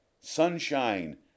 sunshine